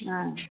অঁ